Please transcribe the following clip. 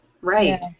Right